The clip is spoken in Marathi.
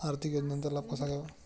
आर्थिक योजनांचा लाभ कसा घ्यावा?